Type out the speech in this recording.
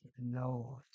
Lord